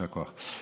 יישר כוח.